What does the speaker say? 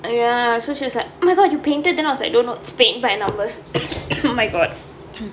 ya so she was like oh my god you painted then I was like no no it's paint by numbers my god